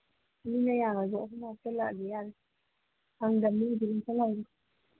ꯑꯅꯤꯅ ꯌꯥꯔꯗ꯭ꯔꯣ ꯑꯍꯨꯝ ꯍꯥꯞꯆꯜꯂꯛꯑꯒꯦ ꯌꯥꯔꯦ ꯐꯪꯗꯝꯅꯤ ꯑꯗꯨꯝ ꯍꯥꯞꯆꯜꯂꯒꯦ